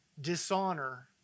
dishonor